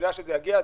בשנייה שהוא יגיע,